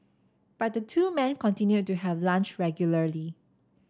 but the two men continued to have lunch regularly